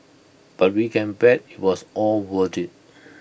but we can bet IT was all worth IT